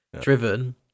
Driven